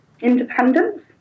Independence